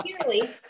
clearly